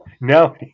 No